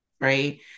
Right